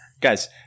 Guys –